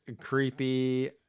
creepy